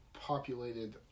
populated